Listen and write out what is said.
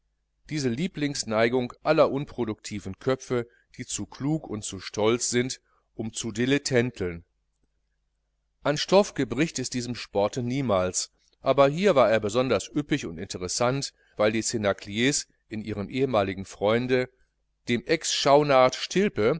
diese lieblingsneigung aller unproduktiven köpfe die zu klug und zu stolz sind um zu dilettänteln an stoff gebricht es diesem sporte niemals aber hier war er besonders üppig und interessant weil die cnacliers in ihrem ehemaligen freunde dem